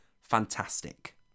Fantastic